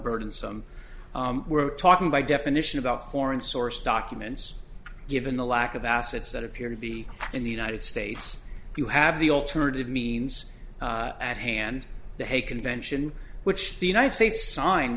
burdensome we're talking by definition about foreign source documents given the lack of assets that appear to be in the united states you have the alternative means at hand the hague convention which the united states signed